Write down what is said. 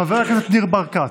חבר הכנסת ניר ברקת,